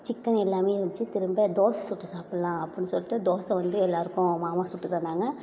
chicken எல்லாமே இருந்துச்சி திரும்ப தோசை சுட்டு சாப்பிட்லாம் அப்புடின்னு சொல்லிட்டு தோசை வந்து எல்லாேருக்கும் மாமா சுட்டுத்தந்தாங்க